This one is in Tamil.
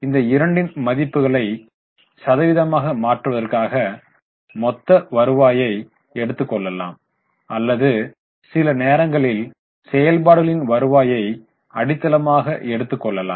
இந்த இரண்டின் மதிப்புகளையும் சதவீதமாக மாற்றுவதற்காக மொத்த வருவாய்யை எடுத்துக் கொள்ளலாம் அல்லது சில நேரங்களில் செயல்பாடுகளின் வருவாய்யை அடித்தளமாக எடுத்துக் கொள்ளலாம்